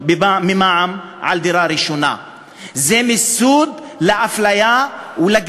להביע הערכה ותודה למבקר המדינה ולצוותו על העבודה המסורה,